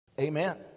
Amen